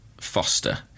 Foster